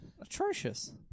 atrocious